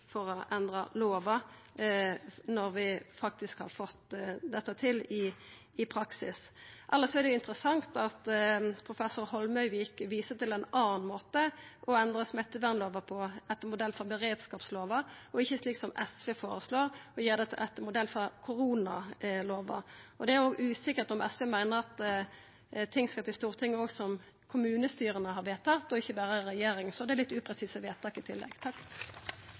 for å endra lova når vi har fått dette til i praksis. Elles er det interessant at professor Eirik Holmøyvik viser til ein annan måte å endra smittevernlova på, etter modell frå beredskapslova, og ikkje slik som SV føreslår, å gjera det etter modell frå koronalova. Det er òg usikkert om SV meiner at ting som kommunestyra har vedteke, ikkje berre regjeringa, skal til Stortinget. Så det er litt upresise forslag i tillegg.